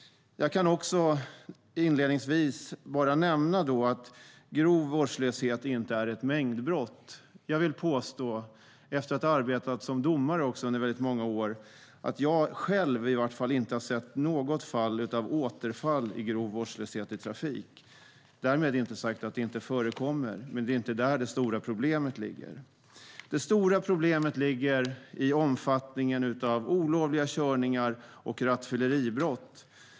Jag kan inledningsvis nämna att grov vårdslöshet i trafik inte är ett mängdbrott. Jag vill påstå, efter att ha arbetat som domare under väldigt många år, att i varje fall jag själv inte har sett något fall av återfall i grov vårdslöshet i trafik. Därmed är inte sagt att det inte förekommer, men det är inte där det stora problemet ligger. Det stora problemet ligger i omfattningen av olovliga körningar och rattfylleribrott.